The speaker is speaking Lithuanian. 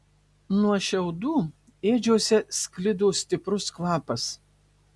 nuo šiaudų ėdžiose sklido stiprus kvapas